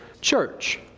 church